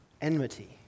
enmity